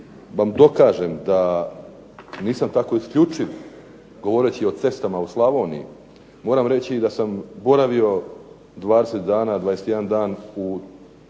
vam dokažem da nisam tako isključiv, govoreći o cestama u Slavoniji. Moram reći da sam boravio 20 dana i 21 dan u Stubičkim